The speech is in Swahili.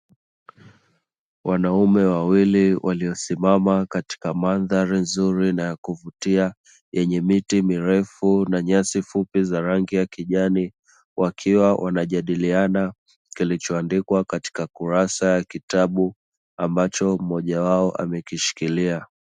Wanaume wawili waliosimama katika mandhari nzuri na ya kuvutia yenye miti mirefu na nyasi fupi za rangi ya kijani, wakiwa wanajadiliana kilichoandikwa katika kurasa ya kitabu ambacho mmoja wao amekishikilia.